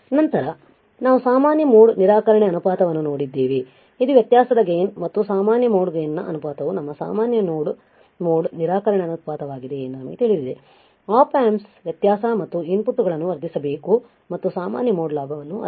ನಂತರ ನಾವು ಸಾಮಾನ್ಯ ಮೋಡ್ ನಿರಾಕರಣೆ ಅನುಪಾತವನ್ನು ನೋಡಿದ್ದೇವೆ ಇದು ವ್ಯತ್ಯಾಸದ ಗೈನ್ ಮತ್ತು ಸಾಮಾನ್ಯ ಮೋಡ್ ಗೈನ್ ನ ಅನುಪಾತವು ನಮ್ಮ ಸಾಮಾನ್ಯ ಮೋಡ್ ನಿರಾಕರಣೆ ಅನುಪಾತವಾಗಿದೆ ಎಂದು ನಮಗೆ ತಿಳಿದಿದೆ ಆಪ್ ಆಂಪ್ಸ್ ವ್ಯತ್ಯಾಸ ಮತ್ತು ಇನ್ ಪುಟ್ ಗಳನ್ನು ವರ್ಧಿಸಬೇಕು ಮತ್ತು ಸಾಮಾನ್ಯ ಮೋಡ್ ಲಾಭವನ್ನು ಅಲ್ಲ